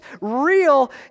real